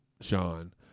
Sean